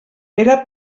era